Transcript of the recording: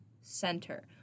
Center